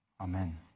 Amen